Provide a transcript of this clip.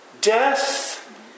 Death